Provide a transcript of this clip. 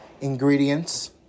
ingredients